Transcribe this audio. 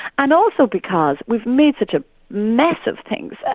and also because we've made such a mess of things.